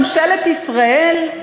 ממשלת ישראל,